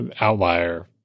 outlier